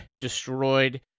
destroyed